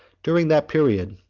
during that period,